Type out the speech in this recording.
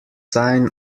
sign